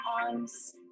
arms